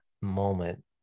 moment